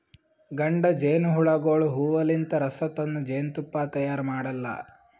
ಗಂಡ ಜೇನಹುಳಗೋಳು ಹೂವಲಿಂತ್ ರಸ ತಂದ್ ಜೇನ್ತುಪ್ಪಾ ತೈಯಾರ್ ಮಾಡಲ್ಲಾ